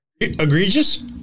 egregious